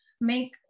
make